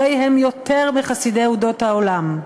הרי הם יותר מחסידי אומות העולם,